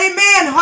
Amen